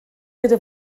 gyda